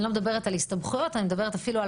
אני לא מדברת על הסתבכויות אלא אפילו על